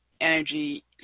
energy